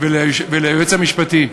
וליועץ המשפטי.